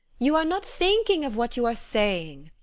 you are not thinking of what you are saying.